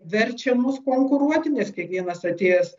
verčia mus konkuruoti nes kiekvienas atėjęs